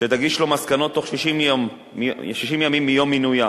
שתגיש לו מסקנות בתוך 60 ימים מיום מינויה,